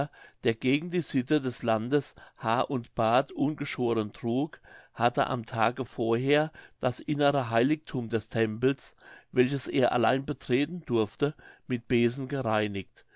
der gegen die sitte des landes haar und bart ungeschoren trug hatte am tage vorher das innere heiligthum des tempels welches er allein betreten durfte mit besen gereinigt